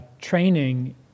training